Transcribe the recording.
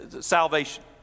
salvation